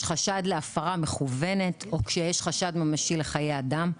חשד להפרה מכוונת או שיש חשש ממשי לחיי אדם.